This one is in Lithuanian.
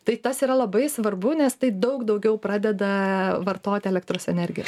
tai tas yra labai svarbu nes tai daug daugiau pradeda vartoti elektros energijos